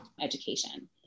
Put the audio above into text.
education